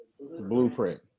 blueprint